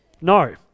No